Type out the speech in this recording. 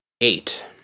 eight